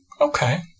Okay